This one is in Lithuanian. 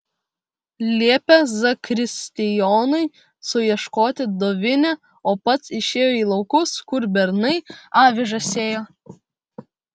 liepė zakristijonui suieškoti dovinę o pats išėjo į laukus kur bernai avižas sėjo